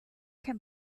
can